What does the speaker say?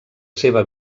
seva